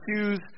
choose